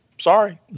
Sorry